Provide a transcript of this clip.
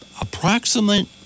Approximate